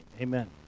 Amen